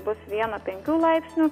bus vieno penkių laipsnių